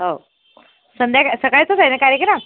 हो संध्याकाळ सकाळचाच आहे न कार्यक्रम